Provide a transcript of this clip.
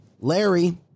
Larry